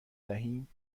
دهیم